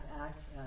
access